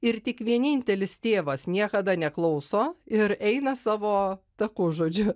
ir tik vienintelis tėvas niekada neklauso ir eina savo taku žodžiu